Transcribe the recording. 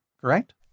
correct